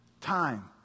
time